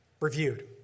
Reviewed